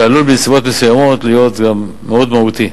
שעלול בנסיבות מסוימות להיות גם מהותי.